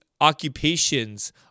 occupations